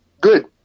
good